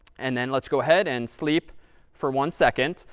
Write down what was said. and then let's go ahead and sleep for one second.